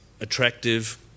attractive